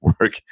work